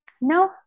No